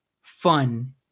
fun